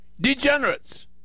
degenerates